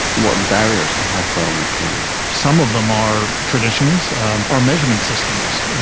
what are the barriers to high-value care? some of them are traditions or measurement systems.